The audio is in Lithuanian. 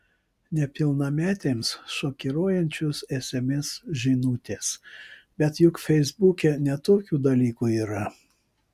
nepilnametėms šokiruojančios sms žinutės bet juk feisbuke ne tokių dalykų yra